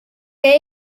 est